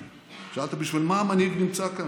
שאלת: בשביל מה המנהיג נמצא כאן?